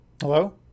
Hello